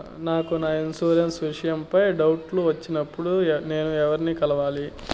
నాకు నా ఇన్సూరెన్సు విషయం పై డౌట్లు వచ్చినప్పుడు నేను ఎవర్ని కలవాలి?